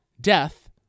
death